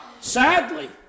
Sadly